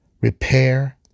Repair